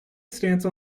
stance